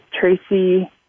Tracy